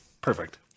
perfect